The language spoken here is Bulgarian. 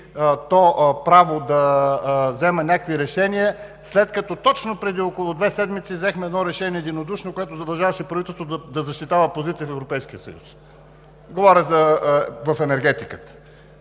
то право да взема някакви решения, след като точно преди около две седмици взехме единодушно решение, което задължаваше правителството да защитава позиция в Европейския съюз – говоря за енергетиката.